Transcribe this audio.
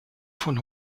von